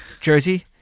jersey